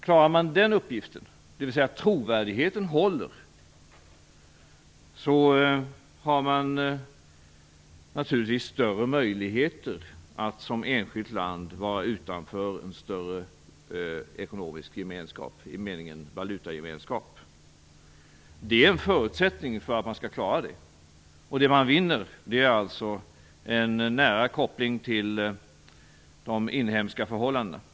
Klarar man den uppgiften, dvs. att trovärdigheten håller, har man naturligtvis större möjligheter att som enskilt land vara utanför en större ekonomisk gemenskap i meningen valutagemenskap. Det är en förutsättning för att man skall klara det. Det man vinner är en nära koppling till de inhemska förhållandena.